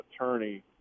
attorney